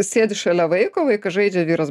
sėdi šalia vaiko vaikas žaidžia vyras